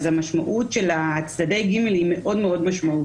אז המשמעות של צדדי ג' היא מאוד משמעותית.